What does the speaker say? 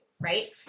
right